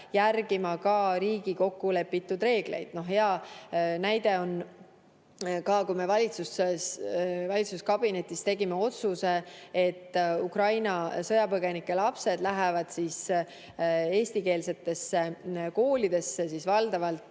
riigis kokkulepitud reegleid. Näide on see, et kuigi me valitsuskabinetis tegime otsuse, et Ukraina sõjapõgenike lapsed lähevad eestikeelsetesse koolidesse, siis see paraku